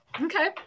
Okay